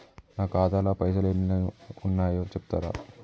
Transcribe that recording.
నా ఖాతా లా పైసల్ ఎన్ని ఉన్నాయో చెప్తరా?